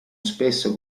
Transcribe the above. spesso